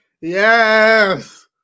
yes